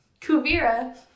Kuvira